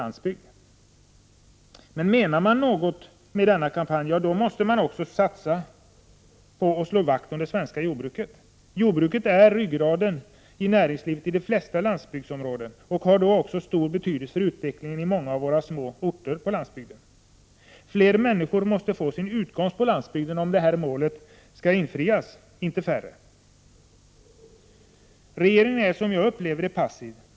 Men om regeringen menar något med denna kampanj måste den också satsa på och slå vakt om det svenska jordbruket. Jordbruket är ryggraden i näringslivet i de flesta landsbygdsområden och har då också stor betydelse för utvecklingen i många små orter på landsbygden. Fler människor, inte färre, måste få sin utkomst på landsbygden om detta mål skall kunna uppfyllas. Regeringen är, som jag upplever det, passiv.